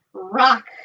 rock